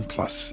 Plus